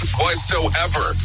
whatsoever